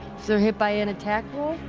if they're hit by an attack